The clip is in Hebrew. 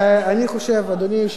אדוני היושב-ראש,